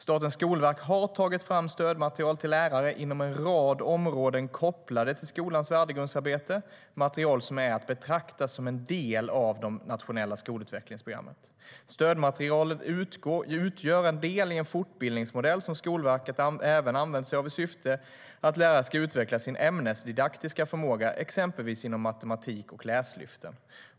Statens skolverk har tagit fram stödmaterial till lärare inom en rad områden kopplade till skolans värdegrundsarbete. Det är material som är att betrakta som en del av de nationella skolutvecklingsprogrammen. Stödmaterialet utgör en del i en fortbildningsmodell som Skolverket även använt sig av i syfte att lärare ska utveckla sin ämnesdidaktiska förmåga, exempelvis inom matematik och läslyften.